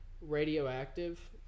radioactive